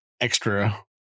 extra